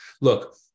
look